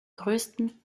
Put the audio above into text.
größten